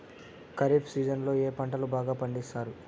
ఖరీఫ్ సీజన్లలో ఏ పంటలు బాగా పండిస్తారు